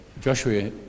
Joshua